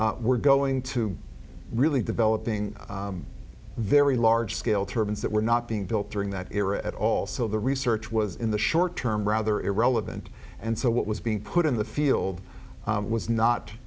were going to really developing very large scale turbans that were not being built during that era at all so the research was in the short term rather irrelevant and so what was being put in the field was not